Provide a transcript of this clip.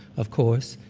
of course,